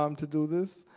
um to do this.